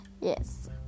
yes